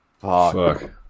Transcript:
Fuck